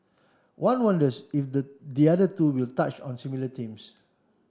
one wonders if the the other two will touch on similar themes